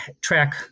track